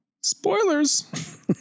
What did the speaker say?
Spoilers